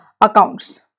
accounts